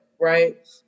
right